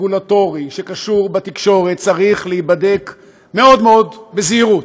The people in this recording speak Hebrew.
רגולטורי שקשור לתקשורת צריך להיבדק מאוד מאוד בזהירות.